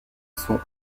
sont